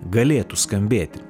galėtų skambėti